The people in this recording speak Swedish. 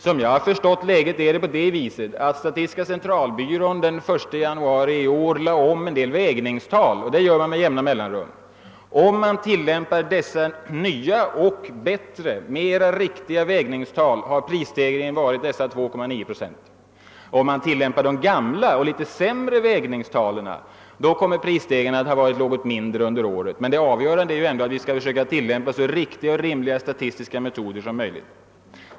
Som jag har förstått läget har statistiska centralbyrån den 1 januari i år lagt om en del vägningstal, något man gör med jämna mellanrum. Om man tillämpar dessa nya och riktigare vägningstal har prisstegringen varit dessa 2,9 procent. Om man tillämpar de gamla, litet sämre vägningstalen, kommer Pprisstegringen att ha varit något mindre under året. Men det avgörande är ju att vi skall försöka tillämpa så riktiga och rimliga statistiska metoder som möjligt.